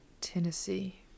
Tennessee